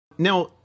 Now